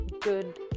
good